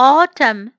Autumn